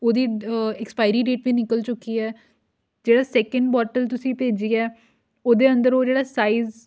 ਉਹਦੀ expiry date ਵੀ ਨਿਕਲ ਚੁੱਕੀ ਹੈ ਜਿਹੜਾ ਸੈਕਿੰਡ ਬੋਟਲ ਤੁਸੀਂ ਭੇਜੀ ਹੈ ਉਹਦੇ ਅੰਦਰ ਉਹ ਜਿਹੜਾ ਸਾਈਜ਼